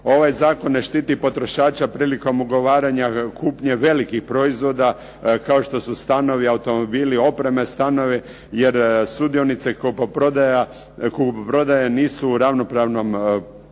Ovaj zakon ne štiti potrošača prilikom ugovaranja kupnje velikih proizvoda kao što su stanovi, automobili, opreme stanova. Jer sudionici kupoprodaje nisu u ravnopravnom položaju.